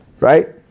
Right